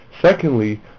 Secondly